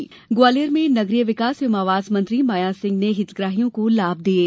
वहीं ग्वालियर में नगरीय विकास एवं आवास मंत्री माया सिंह ने हितग्राहियों को लाभ दिये